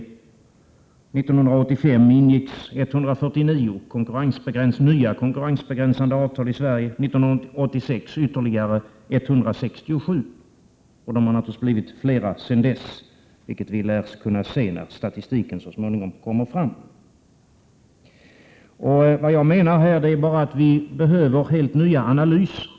1985 ingicks 149 nya konkurrensbegränsande avtal i Sverige, 1986 ytterligare 167 — och de har naturligtvis blivit fler sedan dess, vilket vi lär kunna se när statistiken så småningom kommer fram. Vad jag menar här är bara att vi behöver helt nya analyser.